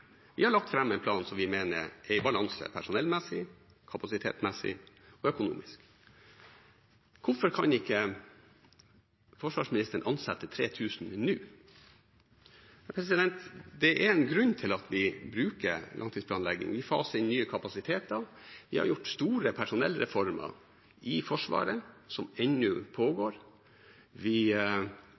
Hvorfor kan ikke forsvarsministeren ansette 3 000 nå? Det er en grunn til at vi bruker langtidsplanlegging. Vi faser inn nye kapasiteter. Vi har gjennomført store personellreformer i Forsvaret som ennå pågår. Vi